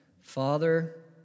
Father